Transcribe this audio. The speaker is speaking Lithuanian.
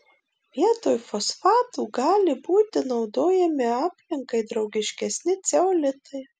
vietoj fosfatų gali būti naudojami aplinkai draugiškesni ceolitai